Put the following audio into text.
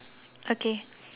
okay